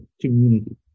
community